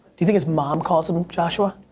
do you think his mom calls him joshua?